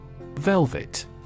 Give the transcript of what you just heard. Velvet